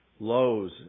lows